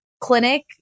Clinic